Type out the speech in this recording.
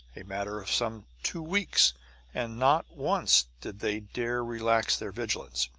a matter of some two weeks and not once did they dare relax their vigilance.